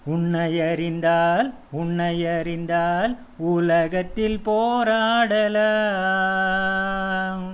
உன்னை அறிந்தால் உன்னை அறிந்தால் உலகத்தில் போராடலாம்